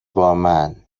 بامن